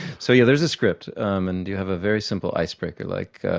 so yeah there is a script, and you have a very simple icebreaker like,